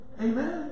Amen